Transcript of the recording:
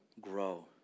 grow